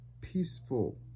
peaceful